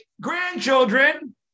grandchildren